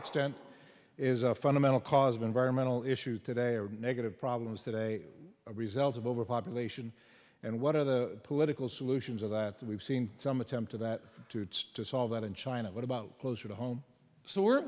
extent is a fundamental cause of environmental issues today are negative problems today a result of overpopulation and what are the political solutions of that we've seen some attempt of that to solve that in china what about closer to home so we're